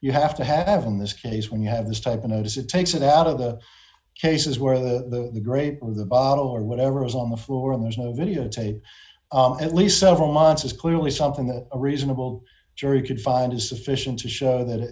you have to have in this case when you have this type and it is it takes it out of the cases where the great with the bottle or whatever was on the floor and there's no videotape at least several months is clearly something that a reasonable jury could find is sufficient to show that